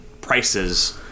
prices